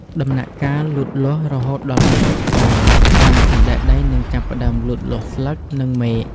ដំណាក់កាលលូតលាស់ រហូតដល់ ៤០ ថ្ងៃ ដើមសណ្ដែកដីនឹងចាប់ផ្តើមលូតលាស់ស្លឹក និងមែក។